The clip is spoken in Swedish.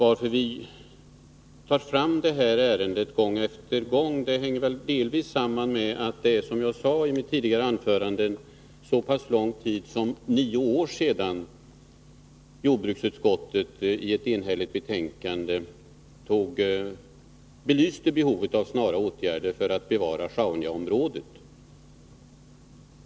Att vi för fram det här ärendet gång efter gång hänger som jag sade tidigare samman med att det har gått så pass lång tid som nio år sedan jordbruksutskottet i ett enhälligt betänkande belyste behovet av snara åtgärder för att bevara Sjaunjaområdet.